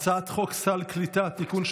הצעת חוק סל קליטה (תיקון,